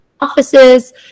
offices